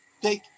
take